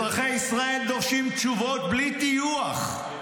אזרחי ישראל דורשים תשובות בלי טיוח,